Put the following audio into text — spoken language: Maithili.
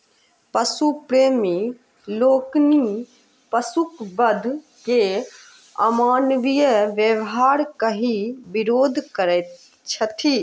पशु प्रेमी लोकनि पशुक वध के अमानवीय व्यवहार कहि विरोध करैत छथि